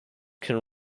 can